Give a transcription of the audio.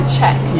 check